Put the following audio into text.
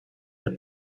der